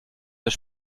das